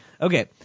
Okay